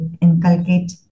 inculcate